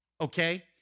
Okay